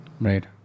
Right